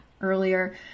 earlier